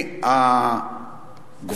ואכן,